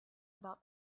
about